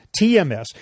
TMS